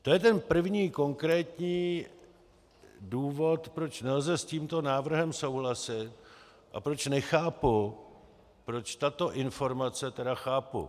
To je ten první konkrétní důvod, proč nelze s tímto návrhem souhlasit, a proč nechápu, proč tato informace teda chápu.